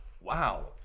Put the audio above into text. wow